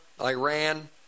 Iran